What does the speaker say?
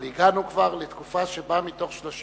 אבל הגענו כבר לתקופה שבה מתוך 30